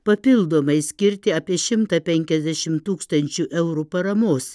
papildomai skirti apie šimtą penkiasdešim tūkstančių eurų paramos